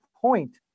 point